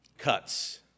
cuts